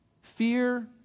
Fear